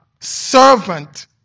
servant